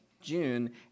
June